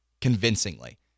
convincingly